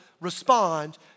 respond